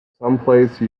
someplace